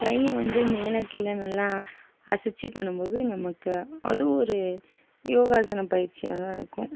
கை வந்து மேலே கீழே நல்லா அசைத்து பண்ணும் போது நமக்கு அதுவும் ஒரு யோகாசனம் பயிற்சியாக தான் இருக்கும்